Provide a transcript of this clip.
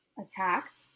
attacked